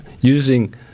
using